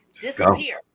disappear